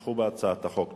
שיתמכו בהצעת החוק.